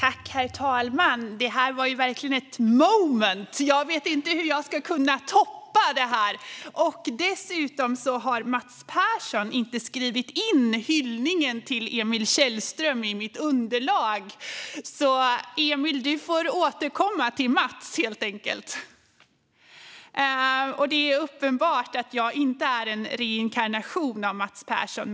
Herr talman! Det här var verkligen ett moment . Jag vet inte hur jag ska kunna toppa det. Dessutom har inte Mats Persson skrivit in hyllningen till Emil Källström i mitt underlag. Så du, Emil, får helt enkelt återkomma till Mats. Det är uppenbart att jag inte är en reinkarnation av Mats Persson.